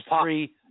three